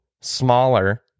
smaller